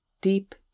deep